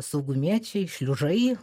saugumiečiai šliužai